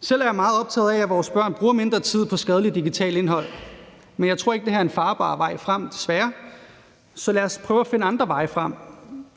Selv er jeg meget optaget af, at vores børn bruger mindre tid på skadeligt digitalt indhold, men jeg tror ikke, at det her er en farbar vej frem, desværre. Så lad os prøve at finde andre veje frem.